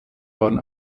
waren